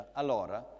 allora